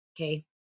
okay